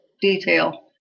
detail